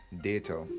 data